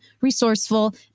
resourceful